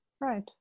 right